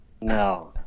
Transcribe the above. no